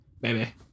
baby